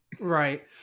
right